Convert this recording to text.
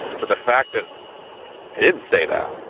but the fact that they didn't say that.